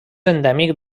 endèmic